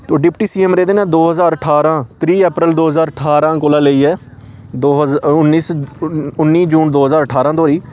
ओह् deputy C M रेह्दे न दो ज्हार ठारां त्रीह् अप्रैल दो ज्हार ठारां कोला लेइयै दो ज्हा उन्नी उन्नी जून दो ज्हार ठारां धोड़ी